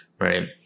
right